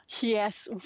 Yes